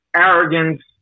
arrogance